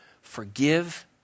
Forgive